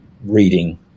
reading